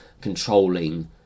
controlling